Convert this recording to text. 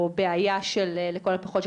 או בעיה של לכל הפחות,